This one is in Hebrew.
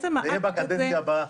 זה יהיה בקדנציה הבאה.